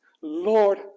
Lord